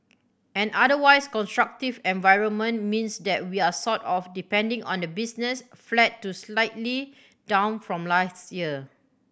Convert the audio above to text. an otherwise constructive environment means that we're sort of depending on the business flat to slightly down from last year